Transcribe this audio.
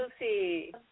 Lucy